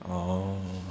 oh